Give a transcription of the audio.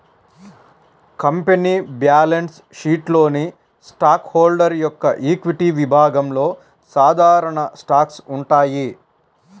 company balance షీట్లోని stockholder యొక్క equity విభాగంలో సాధారణ స్టాక్స్ ఉంటాయి